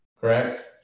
correct